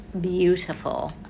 beautiful